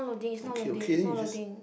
okay okay just